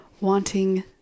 wanting